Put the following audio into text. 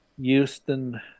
Houston